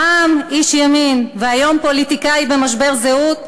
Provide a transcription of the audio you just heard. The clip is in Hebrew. פעם איש ימין והיום פוליטיקאי במשבר זהות,